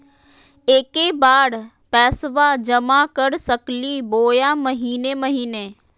एके बार पैस्बा जमा कर सकली बोया महीने महीने?